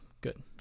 good